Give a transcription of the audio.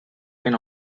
can